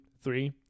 three